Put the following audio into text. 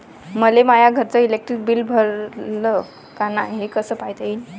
मले माया घरचं इलेक्ट्रिक बिल भरलं का नाय, हे कस पायता येईन?